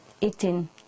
eating